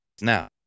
now